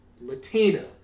Latina